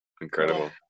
Incredible